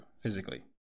physically